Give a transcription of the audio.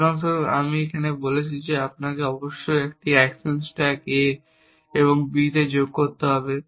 উদাহরণস্বরূপ আমি এখানে বলেছি যে আপনাকে অবশ্যই এই অ্যাকশন স্ট্যাক a এবং b যোগ করতে হবে